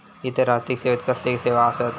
इतर आर्थिक सेवेत कसले सेवा आसत?